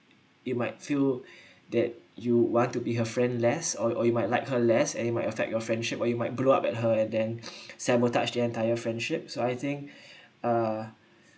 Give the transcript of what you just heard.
you might feel that you want to be her friend less or or you might like her less and you might affect your friendship or you might blew up at her and then sabotage the entire friendships so I think uh